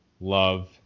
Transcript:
love